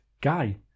Guy